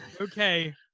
okay